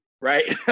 right